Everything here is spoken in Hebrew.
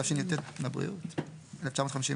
התשי"ט-1959